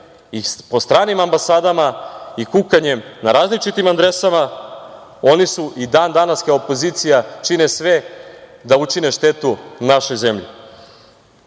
i po stranim ambasadama i kukanjem na različitim adresama oni i dan danas kao opozicija čine sve da učine štetu našoj zemlji. Ljudima